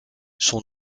son